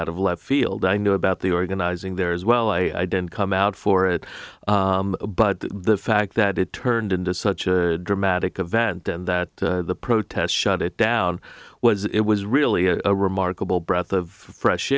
out of left field i knew about the organizing there as well i didn't come out for it but the fact that it turned into such a dramatic event and that the protests shut it down was it was really a remarkable breath of fresh